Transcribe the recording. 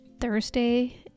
Thursday